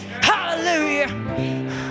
hallelujah